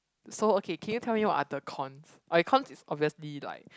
so okay can you tell me what are the cons okay cons is obviously like